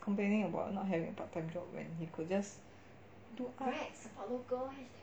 complaining about not having a part time job when he could just do art